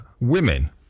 women